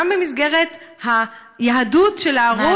גם במסגרת היהדות של הערוץ,